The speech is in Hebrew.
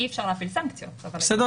אי-אפשר להפעיל סנקציות, אבל --- בסדר.